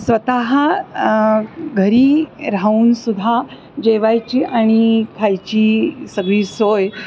स्वतः घरी राहून सुद्धा जेवायची आणि खायची सगळी सोय